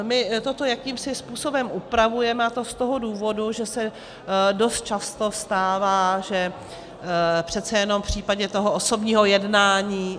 My toto jakýmsi způsobem upravujeme, a to z toho důvodu, že se dost často stává, že přece jenom v případě osobního jednání...